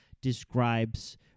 describes